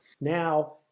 Now